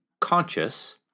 conscious